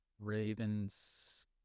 Ravens